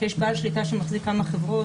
כשיש בעל שליטה שהוא מחזיק כמה חברות,